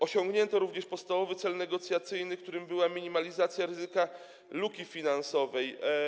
Osiągnięto również podstawowy cel negocjacyjny, którym była minimalizacja ryzyka luki finansowej.